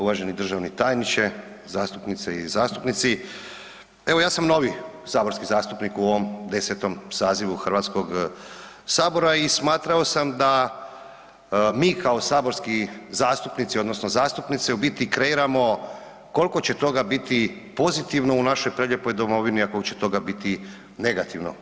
Uvaženi državni tajniče, zastupnice i zastupnice evo ja sam novi saborski zastupnik u ovom 10. sazivu Hrvatskog sabora i smatrao sam da mi kao saborski zastupnici odnosno zastupnice u biti kreiramo koliko će toga biti pozitivno u našoj prelijepoj domovini, a koliko će toga biti negativno.